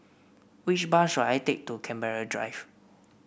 which bus should I take to Canberra Drive